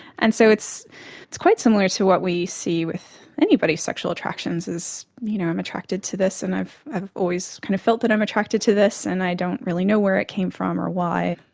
and so it's it's quite similar to what we see with anybody's sexual attractions you know i'm attracted to this and i've i've always kind of felt that i'm attracted to this, and i don't really know where it came from or why.